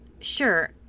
sure